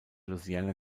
louisiana